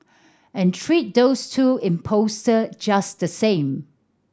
and treat those two impostor just the same